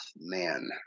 man